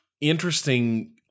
interesting –